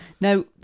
Now